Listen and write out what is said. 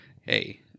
hey